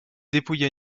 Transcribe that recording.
dépouilla